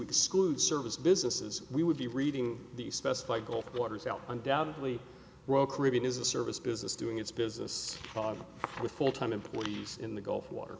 exclude service businesses we would be reading the specified gulf waters out undoubtedly royal caribbean is a service business doing its business with full time employees in the gulf war